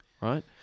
right